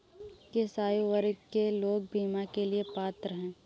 किस आयु वर्ग के लोग बीमा के लिए पात्र हैं?